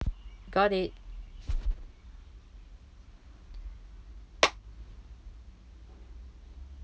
got it